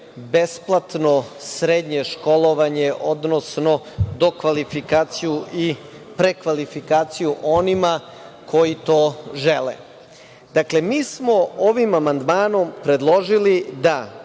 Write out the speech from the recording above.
besplatno srednje školovanje, odnosno dokvalifikaciju i prekvalifikaciju onima koji to žele. Dakle, mi smo ovim amandmanom predložili da